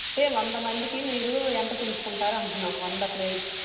వంద మందికి మీరు ఎంత తీసుకుంటారు అంటున్నాము వంద ప్లేట్